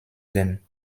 den